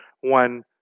one